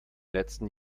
letzten